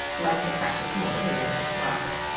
liked the crackers more than they liked the broccoli.